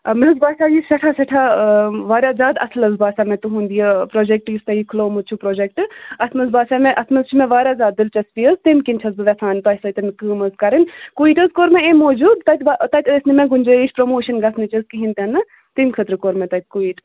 مےٚ حظ باسیٛاو یہِ سٮ۪ٹھاہ سٮ۪ٹھاہ واریاہ زیادٕ اَصٕل حظ باسیٛاو مےٚ تُہُنٛد یہِ پرٛوجَکٹ یُس تۄہہِ یہِ کھُلوومُت چھُو پرٛوجَکٹ اَتھ منٛز باسیٛاو مےٚ اَتھ منٛز چھِ مےٚ واریاہ زیادٕ دِلچَسپی حظ تَمۍ کِنۍ چھَس بہٕ یَژھان تۄہہِ سۭتۍ کٲم حظ کَرٕنۍ کُیِٹ حظ کوٚر مےٚ اَمۍ موٗجوٗب تَتہِ با تَتہِ ٲسۍ نہٕ مےٚ گُنجٲیِش پرٛموشَن گژھنٕچ حظ کِہیٖنۍ تہِ نہٕ تَمۍ خٲطرٕ کوٚر مےٚ تَتہِ کُیِٹ